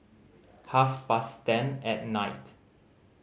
half past ten at night